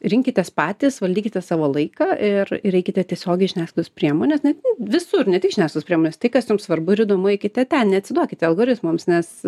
rinkitės patys valdykite savo laiką ir ir eikite tiesiogiai į žiniasklaidos priemones ne visur ne tik žiniasklaidos priemones tai kas jums svarbu ir įdomu eikite ten neatsiduokite algoritmams nes